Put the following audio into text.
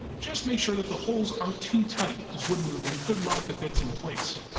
just make sure that the holes aren't too tight, as wood movement could lock the bits in place.